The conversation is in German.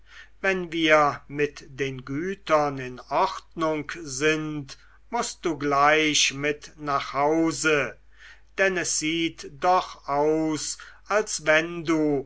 wenn wir mit den gütern in ordnung sind mußt du gleich mit nach hause denn es sieht doch aus als wenn du